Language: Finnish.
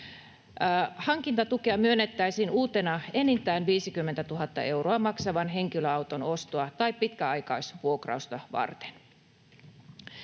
Hankintatukea myönnettäisiin uutena enintään 50 000 euroa maksavan henkilöauton ostoa tai pitkäaikaisvuokrausta varten.